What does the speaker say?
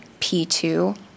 P2